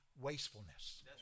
wastefulness